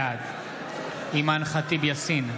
בעד אימאן ח'טיב יאסין,